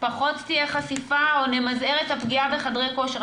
פחות תהיה חשיפה, או נמזער את הפגיעה בחדרי כושר.